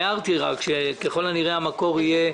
הערתי שככל הנראה המקור יהיה